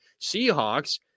Seahawks